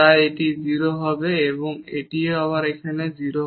তাই এটি 0 হবে এবং এটি আবার এখানে 0